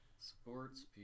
sports